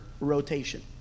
rotation